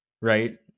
Right